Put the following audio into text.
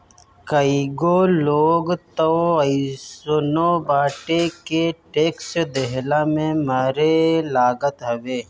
कईगो लोग तअ अइसनो बाटे के टेक्स देहला में मरे लागत हवे